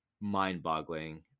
mind-boggling